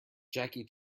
jackie